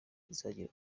izagera